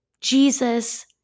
Jesus